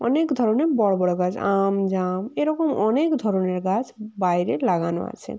অনেক ধরনের বড় বড় গাছ আম জাম এরকম অনেক ধরনের গাছ বাইরে লাগানো আছে